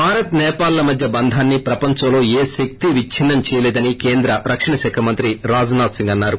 భారత్ సేపాల్ మధ్య బంధాన్ని ప్రపంచంలో ఏ శక్తీ విచ్చిన్నం చేయలేదని కేంద్ర రక్షణ శాఖ మంత్రి రాజ్నాథ్ సింగ్ అన్నారు